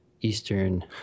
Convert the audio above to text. eastern